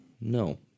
No